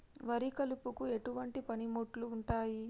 వరి కలుపుకు ఎటువంటి పనిముట్లు ఉంటాయి?